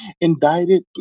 indicted